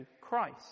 Christ